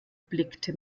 blickte